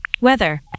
weather